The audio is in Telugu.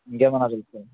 ఇంకేమైనా అడుగుతారా సార్